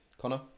Connor